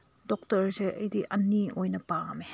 ꯗꯣꯛꯇꯔꯁꯦ ꯑꯩꯗꯤ ꯑꯅꯤ ꯑꯣꯏꯅ ꯄꯥꯝꯃꯦ